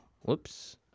whoops